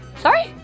Sorry